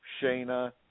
Shayna